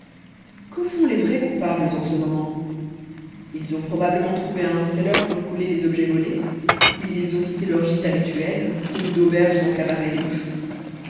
que font les vrais coupables en ce moment ils ont probablement trouvé un receleur pour écouler les objets volés puis ils ont quitté leur gîte habituel roulent d'auberges en cabarets louches